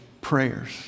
prayers